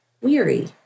weary